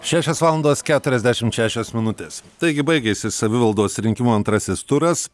šešios valandos keturiasdešimt šešios minutės taigi baigėsi savivaldos rinkimų antrasis turas